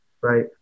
right